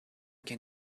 can